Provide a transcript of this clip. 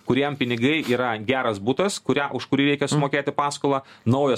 kuriem pinigai yra geras butas kurią už kurį reikia sumokėti paskolą naujas